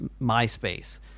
MySpace